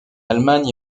allemagne